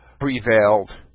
prevailed